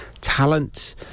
talent